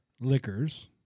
liquors